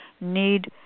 need